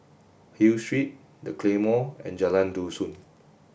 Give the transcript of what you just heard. Hill Street The Claymore and Jalan Dusun